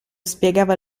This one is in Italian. spiegava